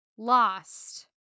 Lost